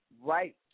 right